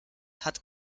hat